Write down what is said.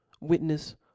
Witness